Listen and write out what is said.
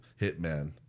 hitman